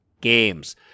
games